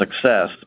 success